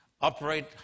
operate